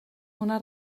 una